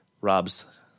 Rob's